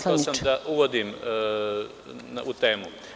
Rekao sam da uvodim u temu.